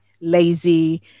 lazy